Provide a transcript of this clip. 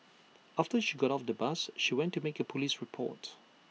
after she got off the bus she went to make A Police report